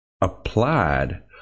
applied